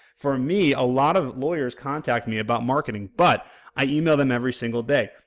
for me a lot of lawyers contact me about marketing but i email them every single day,